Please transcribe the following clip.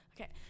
Okay